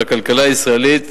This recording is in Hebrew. והכלכלה הישראלית,